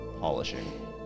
polishing